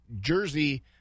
Jersey